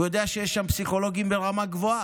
הוא יודע שיש שם פסיכולוגים ברמה גבוהה,